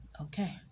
okay